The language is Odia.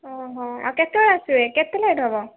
ଅହୋ ଆଉ କେତବେଳେ ଆସିବେ କେତେ ଲେଟ୍ ହେବ